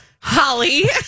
Holly